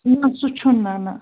نَہ سُہ چھُنہٕ نَہ نَہ